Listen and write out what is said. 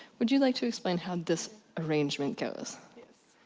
would you like to explain how this arrangement goes? yeah